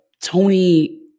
Tony